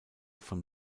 von